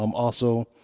um also,